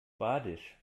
badisch